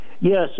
Yes